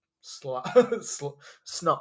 snot